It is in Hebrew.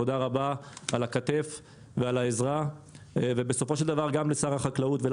תודה רבה על הכתף ועל העזרה ובסופו של דבר גם לשר החקלאות וגם